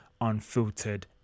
unfiltered